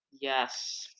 Yes